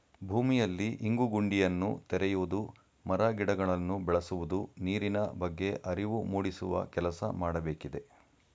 ಭೂಮಿಯಲ್ಲಿ ಇಂಗು ಗುಂಡಿಯನ್ನು ತೆರೆಯುವುದು, ಮರ ಗಿಡಗಳನ್ನು ಬೆಳೆಸುವುದು, ನೀರಿನ ಬಗ್ಗೆ ಅರಿವು ಮೂಡಿಸುವ ಕೆಲಸ ಮಾಡಬೇಕಿದೆ